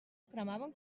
cremaven